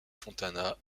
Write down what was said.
fontana